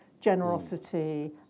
generosity